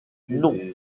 non